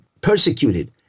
persecuted